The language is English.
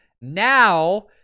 Now